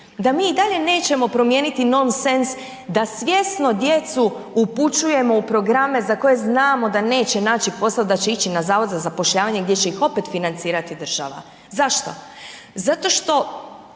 da mi i dalje nećemo promijeniti nonsens da svjesno djecu upućujemo u programe za koje znamo da neće naći posao, da će ići na Zavod za zapošljavanje gdje će ih opet financirati država. Zašto? Zato što